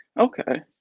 okay,